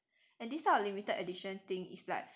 and this type of limited edition thing is like